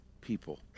people